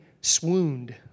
swooned